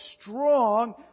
strong